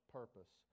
purpose